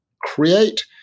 create